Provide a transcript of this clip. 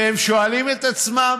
והם שואלים את עצמם